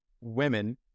women